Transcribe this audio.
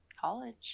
college